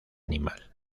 animal